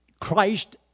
Christ